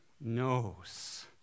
knows